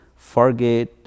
Fargate